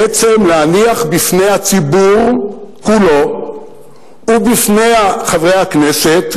בעצם להניח בפני הציבור כולו ובפני חברי הכנסת